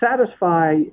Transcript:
satisfy